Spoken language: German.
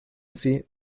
sie